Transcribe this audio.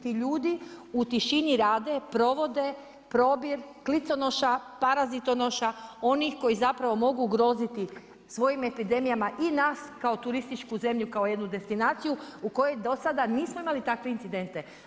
Ti ljudi u tišini rade, provode probir kliconoša, parazitonoša, onih koji zapravo mogu ugroziti svojim epidemijama i nas kao turističku zemlju, kao jednu destinaciju u kojoj do sada nismo imali takve incidente.